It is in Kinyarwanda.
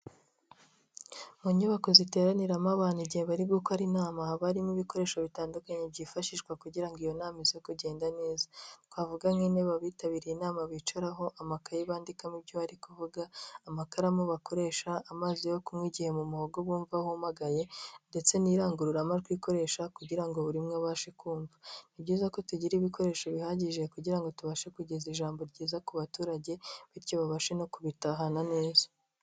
Mu nyubako ziteraniramo abantu igihe bari gukora inama, haba harimo ibikoresho bitandukanye byifashishwa kugira ngo iyo nama ize kugenda neza. Twavuga: nk'intebe abitabiriye inama bicaraho, amakaye bandikamo ibyo bari kuvuga, amakaramu bakoresha, amazi yo kunywa igihe mu muhogo bumva humagaye ndetse n'indangururamajwi bakoresha kugira ngo buri umwe abashe kumva. Ni byiza ko tugira ibikoresho bihagije kugira ngo tubashe kugeza ijambo ryiza ku baturage bityo babashe no kubitahana neza.